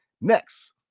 Next